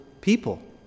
people